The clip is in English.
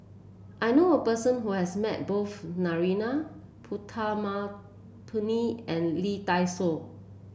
I know a person who has met both Narana Putumaippittan and Lee Dai Soh